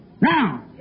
Now